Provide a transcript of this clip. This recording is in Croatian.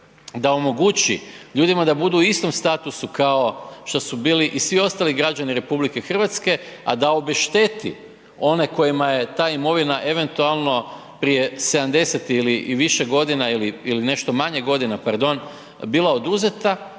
da omogući ljudima da budu u istom statusu kao što su bili i svi ostali građani RH, a da obešteti one kojima je ta imovina eventualno prije 70 ili i više godina ili nešto manje godina, pardon, bila oduzeta,